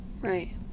Right